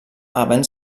havent